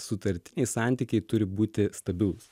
sutartiniai santykiai turi būti stabilūs